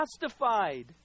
justified